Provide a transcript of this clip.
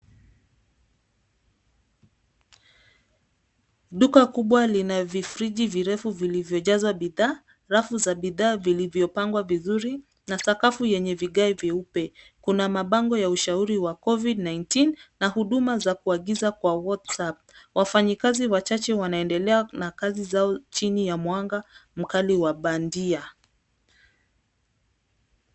Duka kubwa lina vifriji virefu vilivyojazwa bidhaa. Rafu za bidhaa vilivyopangwa vizuri na sakafu yenye vigae vyeupe. Kuna mabango ya ushauri wa Covid-19 na huduma za kuagiza kwa Whatsapp. Wafanyikazi wachache wanaendelea na kazi zao chini ya mwanga mkali wa bandia.